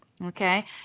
Okay